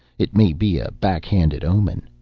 it may be a back-handed omen.